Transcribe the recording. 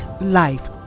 Life